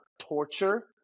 torture